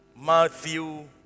Matthew